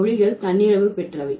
மொழிகள் தன்னிறைவு பெற்றவை